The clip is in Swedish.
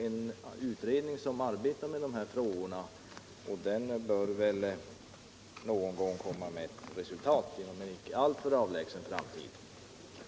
En utredning arbetar ju med dessa frågor, och vi bör avvakta de resultat som denna utredning inom en icke alltför avlägsen framtid borde komma fram till.